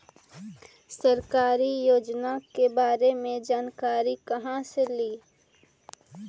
सरकारी योजना के बारे मे जानकारी कहा से ली?